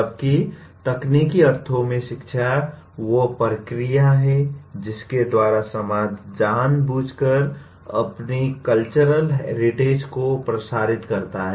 जबकि तकनीकी अर्थों में शिक्षा वह प्रक्रिया है जिसके द्वारा समाज जानबूझकर अपनी कल्चरल हेरिटेज को प्रसारित करता है